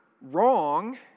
wrong